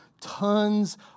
tons